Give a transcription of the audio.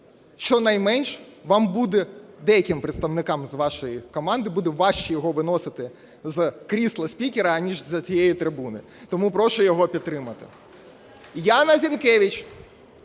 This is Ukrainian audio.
Щонайменше вам буде, деяким представникам з вашої команди, буде важче його виносити з крісла спікера, аніж з-за цієї трибуни. Тому прошу його підтримати. Яна Зінкевич.